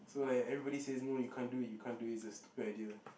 so like everybody says no you can't do it you can't do it it's a stupid idea